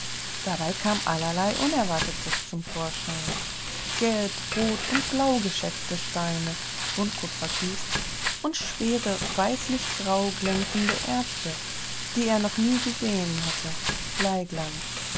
dabei kam allerlei unerwartetes zum vorschein gelb rot und blau gescheckte steine buntkupferkies und schwere weißlichgrau glänzende erze die er noch nie gesehen hatte